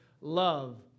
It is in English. love